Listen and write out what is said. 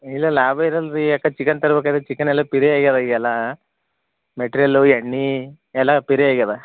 ಇಲ್ಲ ಲಾಭ ಇರಲ್ಲ ರೀ ಯಾಕ ಚಿಕನ್ ತರ್ಬೇಕು ಅದ್ರ ಚಿಕನೆಲ್ಲ ಪಿರಿ ಆಗ್ಯದ ಈಗೆಲ್ಲ ಮೆಟ್ರೆಲ್ಲು ಎಣ್ಣೆ ಎಲ್ಲ ಪಿರಿ ಆಗ್ಯದ